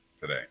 today